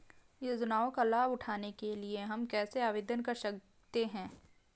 योजनाओं का लाभ उठाने के लिए हम कैसे आवेदन कर सकते हैं?